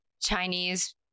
Chinese